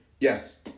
Yes